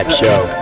Show